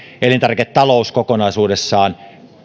elintarviketalous kokonaisuudessaan